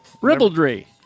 ribaldry